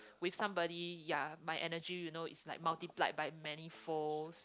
with somebody ya my energy you know is like multiplied by many folds